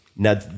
Now